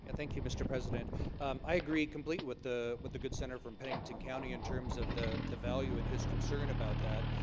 ah thank you mr. president i agree complete with the with the good center from pennington county in terms of the the value and his concern about that